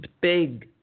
big